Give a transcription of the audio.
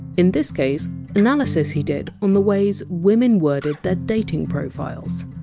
in this case analysis he did on the ways women worded their dating profiles